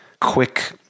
Quick